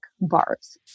bars